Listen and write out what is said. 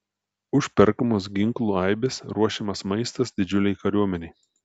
užperkamos ginklų aibės ruošiamas maistas didžiulei kariuomenei